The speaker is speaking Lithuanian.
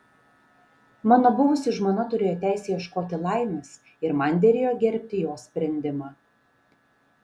mano buvusi žmona turėjo teisę ieškoti laimės ir man derėjo gerbti jos sprendimą